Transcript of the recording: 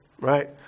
right